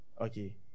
Okay